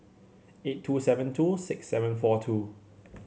eight two seven two six seven four two